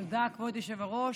תודה, כבוד היושב-ראש.